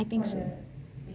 I think so